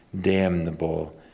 damnable